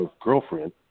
girlfriend